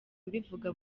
mbivuga